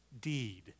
deed